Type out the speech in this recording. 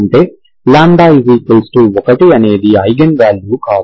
అంటే λ1 అనేది eigenvalue కాదు